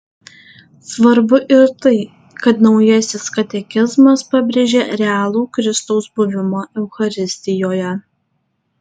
svarbu ir tai kad naujasis katekizmas pabrėžia realų kristaus buvimą eucharistijoje